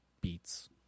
beats